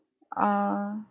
err